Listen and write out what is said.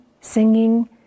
singing